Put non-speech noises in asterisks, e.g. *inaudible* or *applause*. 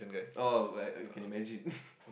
oh like I can imagine *laughs*